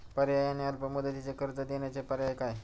पर्यायी आणि अल्प मुदतीचे कर्ज देण्याचे पर्याय काय?